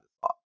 thought